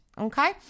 Okay